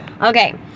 okay